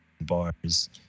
bars